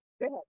good